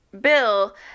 bill